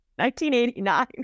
1989